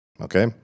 okay